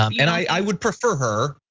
um and i would prefer her,